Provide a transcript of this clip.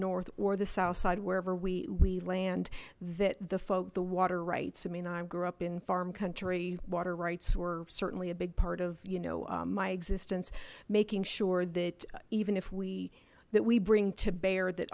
north or the south side wherever we we land that the folk the water rights i mean i grew up in farm country water rights were certainly a big part of you know my existence making sure that even if we that we bring to bear that